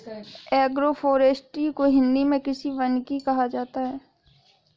agroforestry को हिंदी मे कृषि वानिकी कहा जाता है